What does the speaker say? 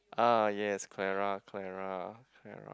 ah yes Clara Clara Clara